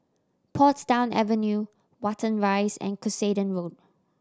Portsdown Avenue Watten Rise and Cuscaden Road